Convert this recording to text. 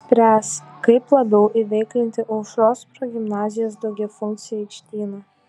spręs kaip labiau įveiklinti aušros progimnazijos daugiafunkcį aikštyną